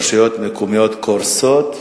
רשויות מקומיות ועיריות קורסות,